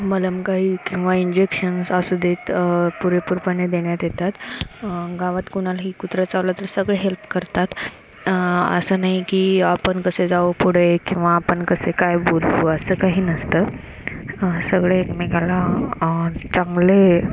मलम काही किंवा इंजेक्शन्स असू देत पुरेपूरपणे देण्यात येतात गावात कोणालाही कुत्रं चावला तर सगळे हेल्प करतात असं नाही की आपण कसे जावं पुढे किंवा आपण कसे काय बोलू असं काही नसतं सगळे एकमेकाला चांगले